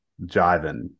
jiving